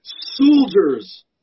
Soldiers